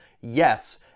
Yes